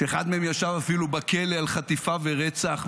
שאחד מהם ישב אפילו בכלא על חטיפה ורצח,